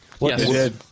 Yes